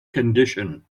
condition